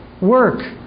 work